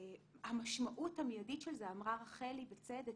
המשמעות המיידית של זה אמרה רחלי בצדק